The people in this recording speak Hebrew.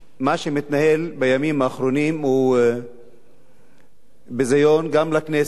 מה שמתנהל בימים האחרונים הוא ביזיון, גם לכנסת,